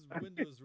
windows